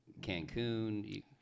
Cancun